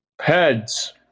Heads